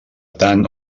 tant